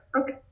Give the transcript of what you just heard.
Okay